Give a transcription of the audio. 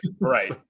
right